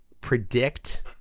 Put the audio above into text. predict